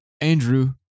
Andrew